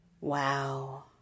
Wow